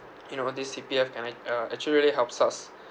you know this C_P_F can like uh actually helps us